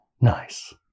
nice